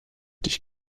dich